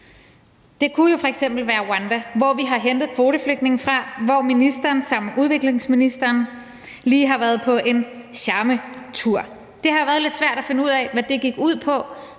Det kunne jo f.eks. være Rwanda, hvor vi har hentet kvoteflygtninge fra, og hvor ministeren sammen med udviklingsministeren lige har været på en charmetur. Det har været lidt svært at finde ud af, hvad det gik ud på,